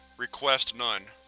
request none.